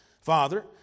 Father